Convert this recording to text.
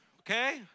Okay